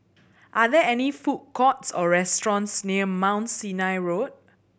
are there any food courts or restaurants near Mount Sinai Road